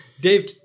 Dave